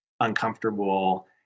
uncomfortable